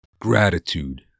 Gratitude